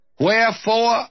Wherefore